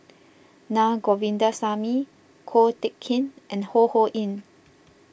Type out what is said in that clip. Naa Govindasamy Ko Teck Kin and Ho Ho Ying